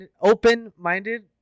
open-minded